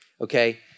Okay